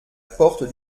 porte